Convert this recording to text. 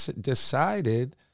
decided